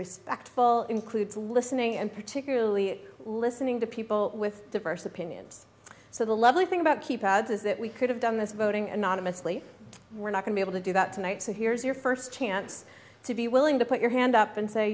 respectful includes listening and particularly listening to people with diverse opinions so the lovely thing about keypads is that we could have done this voting anonymously we're not going to able to do that tonight so here's your first chance to be willing to put your hand up and say